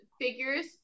figures